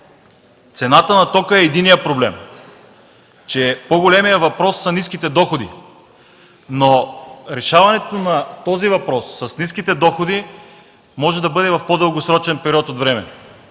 цената тока е единият проблем, че по-големият въпрос са ниските доходи, но решаването на този въпрос с ниските доходи може да бъде в по-дългосрочен период от време.